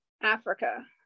Africa